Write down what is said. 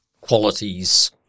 qualities